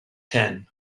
ten